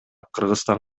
кыргызстан